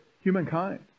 humankind